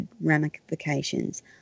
ramifications